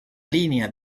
línea